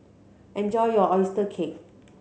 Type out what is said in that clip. enjoy your oyster cake